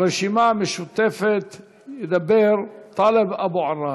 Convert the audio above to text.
מהרשימה המשותפת ידבר טלב אבו עראר.